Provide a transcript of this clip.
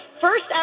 First